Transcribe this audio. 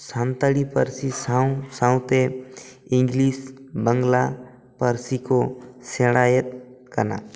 ᱥᱟᱱᱛᱟᱲᱤ ᱯᱟᱹᱨᱥᱤ ᱥᱟᱶ ᱥᱟᱶᱛᱮ ᱤᱝᱞᱤᱥ ᱵᱟᱝᱞᱟ ᱯᱟᱹᱨᱥᱤ ᱠᱚ ᱥᱮᱬᱟᱭᱮᱫ ᱠᱟᱱᱟ